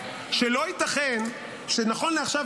שלא ייתכן שנכון לעכשיו,